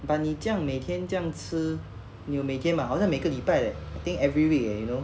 but 你这样每天这样吃你有每天吗好像每个礼拜 leh I think every week you know